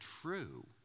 true